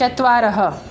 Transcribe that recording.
चत्वारः